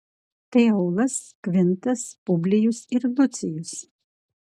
tai aulas kvintas publijus ir lucijus